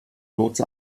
lotse